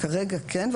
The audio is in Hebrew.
כרגע כן,